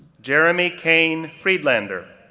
jeremy kane friedlander,